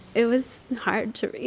it was hard to